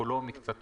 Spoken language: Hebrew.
כולו או מקצתו,